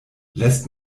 lässt